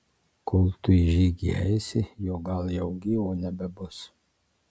kol tu į žygį eisi jo gal jau gyvo nebebus